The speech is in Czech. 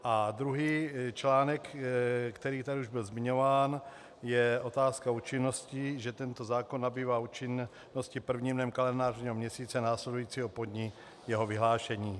A druhý článek, který tady už byl zmiňován, je otázka účinnosti, že tento zákon nabývá účinnosti prvním dnem kalendářního měsíce následujícího po dni jeho vyhlášení.